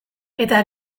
eta